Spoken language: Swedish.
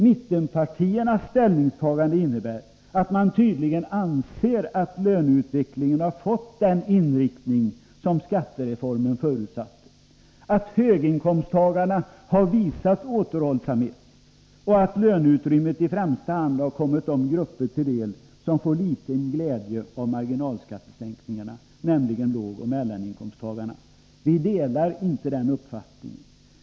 Mittenpartiernas ställningstagande innebär att man tydligen anser att löneutvecklingen har fått den inriktning som skattereformen förutsatte: att höginkomsttagarna har visat återhållsamhet och att löneutrymmet i främsta hand har kommit de grupper till del som får liten glädje av marginalskattesänkningarna, nämligen lågoch mellaninkomsttagarna. Vi delar inte den uppfattningen.